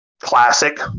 classic